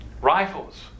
rifles